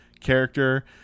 character